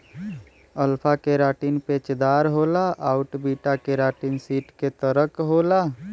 alpha keratin पेचदार होला आउर बीटा केराटिन सीट के तरह क होला